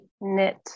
knit